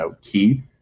key